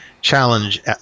challenge